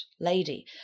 lady